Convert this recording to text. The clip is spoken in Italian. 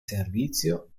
servizio